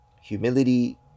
humility